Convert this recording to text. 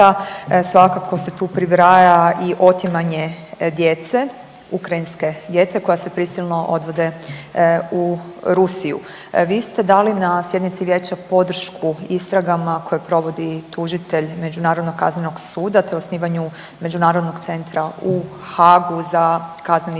svakako se tu pribraja i otimanje djece, ukrajinske djece koja se prisilno odvode u Rusiju. Vi ste dali na sjednici Vijeća podršku istragama koje provodi tužitelj Međunarodnog kaznenog suda, te osnivanju međunarodnog centra u Haagu za kazneni